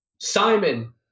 Simon